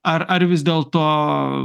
ar ar vis dėlto